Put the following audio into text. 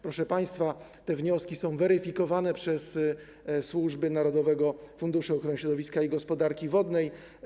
Proszę państwa, te wnioski są weryfikowane przez służby Narodowego Funduszu Ochrony Środowiska i Gospodarki Wodnej.